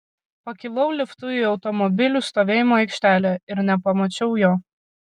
pakilau liftu į automobilių stovėjimo aikštelę ir nepamačiau jo